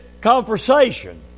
conversation